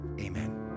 Amen